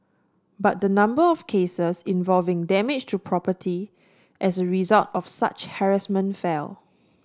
but the number of cases involving damage to property as a result of such harassment fell